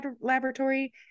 laboratory